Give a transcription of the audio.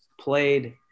played